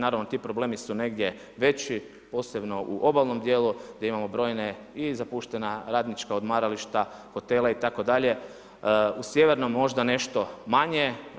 Naravno ti problemi su negdje veći, posebno u obalnom dijelu gdje imamo brojna zapuštena radnička odmarališta, hotele itd. u sjevernom nešto manje.